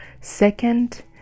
Second